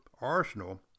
Arsenal